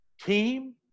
team